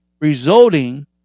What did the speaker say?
resulting